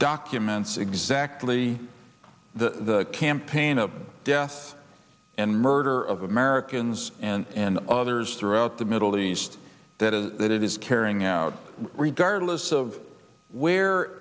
documents exactly the campaign of death and murder of americans and others throughout the middle east that is that it is carrying out regardless of where